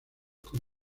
con